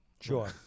Sure